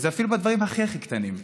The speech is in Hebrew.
וזה אפילו בדברים הכי הכי קטנים,